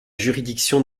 juridiction